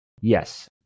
Yes